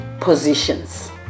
positions